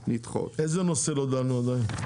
באיזה נושא עדיין לא דנו?